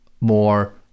more